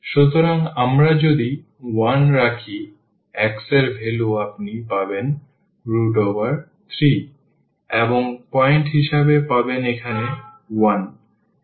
সুতরাং আমরা যদি 1 রাখি x এর ভ্যালু আপনি পাবেন 3 এবং পয়েন্ট হিসাবে পাবেন এখানে 1